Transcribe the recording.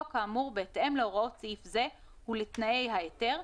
כאמור בהתאם להוראות סעיף זה ולתנאי ההיתר,